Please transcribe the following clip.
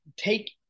take